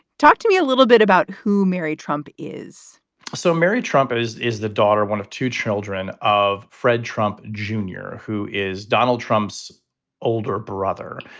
talk to me a little bit about who mary trump is so mary trump is is the daughter, one of two children of fred trump junior, who is donald trump's older brother,